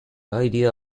idea